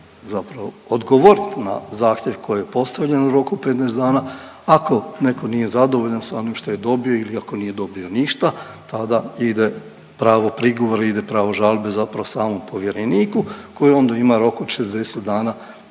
zapravo, odgovoriti na zahtjev koji je postavljen u roku 15 dana, ako netko nije zadovoljan s onim što je dobio ili ako nije dobio ništa, tada ide pravo prigovora, ide pravo žalbe zapravo samom povjereniku koji onda ima rok od 60 dana